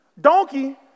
donkey